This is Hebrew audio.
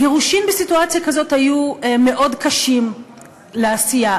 גירושין בסיטואציה כזאת היו מאוד קשים לעשייה.